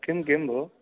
किं किं भो